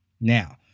Now